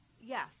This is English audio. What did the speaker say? Yes